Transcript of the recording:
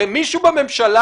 הרי מישהו בממשלה,